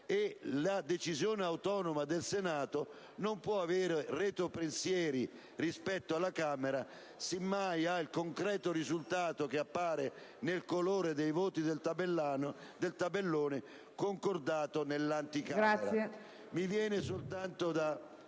La decisione autonoma del Senato non può avere retropensieri rispetto alla Camera: semmai ha il concreto risultato, che appare nel colore dei voti del tabellone, concordato nell'anticamera.